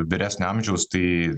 vyresnio amžiaus tai